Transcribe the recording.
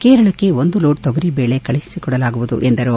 ಕೇರಳಕ್ಕೆ ಒಂದು ಲೋಡ್ ತೊಗರಿ ಬೇಳೆ ಕಳುಹಿಸಿಕೊಡಲಾಗುವುದು ಎಂದರು